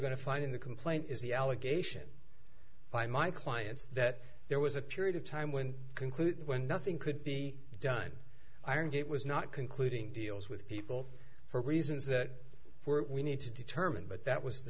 going to find in the complaint is the allegation by my clients that there was a period of time when concluded when nothing could be done iron gate was not concluding deals with people for reasons that were we need to determine but that was the